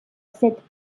cette